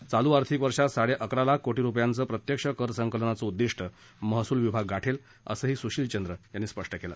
चालू आर्थिक वर्षात साडेअकरा लाख कोटी रुपयांचं प्रत्यक्ष करसंकलनाचं उद्दिष्ट महसूल विभाग गाठेल असंही सूशीलचंद्र यांनी स्पष्ट केलं